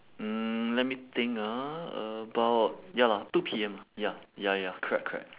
mm let me think ah about ya lah two P_M ya ya ya correct correct